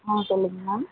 ஆ சொல்லுங்கள் மேம்